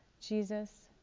Jesus